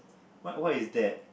what what is that